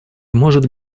может